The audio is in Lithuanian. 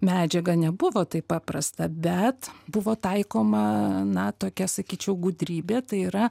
medžiagą nebuvo taip paprasta bet buvo taikoma na tokia sakyčiau gudrybė tai yra